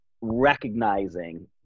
recognizing